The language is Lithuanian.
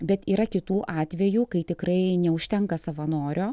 bet yra kitų atvejų kai tikrai neužtenka savanorio